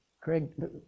Craig